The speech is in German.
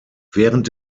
während